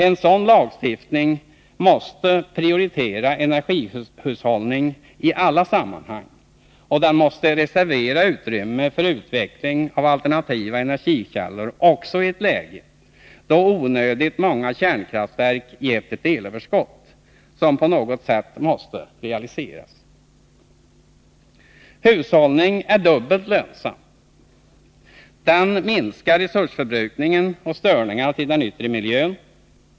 En sådan lagstiftning måste prioritera energihushållning i alla sammanhang, och den måste reservera utrymme för utveckling av alternativa energikällor också i ett läge då onödigt många kärnkraftverk gett ett elöverskott, som på något sätt måste realiseras. Hushållning är dubbelt lönsam. Den minskar resursförbrukningen och störningarna när det gäller den yttre miljön.